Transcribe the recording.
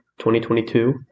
2022